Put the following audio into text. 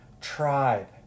tribe